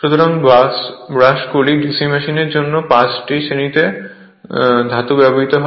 সুতরাং ব্রাশ গুলি DC মেশিনের জন্য 5 টি শ্রেণীতে ধাতু ব্যবহৃত হয়